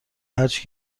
هرچی